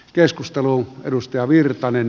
keskustelu edustaja virtanen